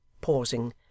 pausing